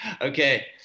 okay